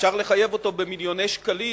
אפשר לחייב אותו במיליוני שקלים